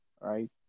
right